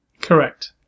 Correct